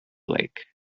lake